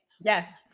Yes